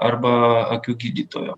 arba akių gydytojo